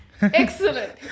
Excellent